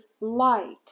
light